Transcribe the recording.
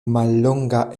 mallonga